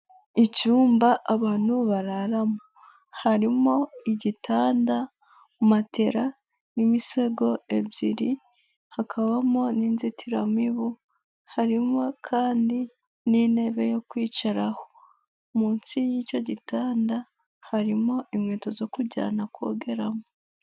Icyumba abantu bararamo, harimo igitanda, matela n'imisego ebyiri, hakabamo n'inzitiramibu, harimo kandi n'intebe yo kwicaraho, munsi y'icyo gitanda harimo inkweto zo kujyana kogeramo.